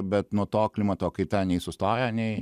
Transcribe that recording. bet nuo to klimato kaita nei sustoja nei